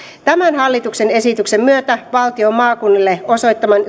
tämän hallituksen esityksen myötä valtion maakunnille osoittaman